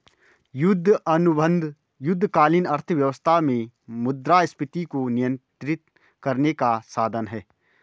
युद्ध अनुबंध युद्धकालीन अर्थव्यवस्था में मुद्रास्फीति को नियंत्रित करने का साधन हैं